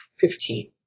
fifteen